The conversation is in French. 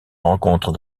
rencontrent